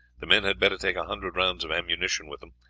the men had better take a hundred rounds of ammunition with them,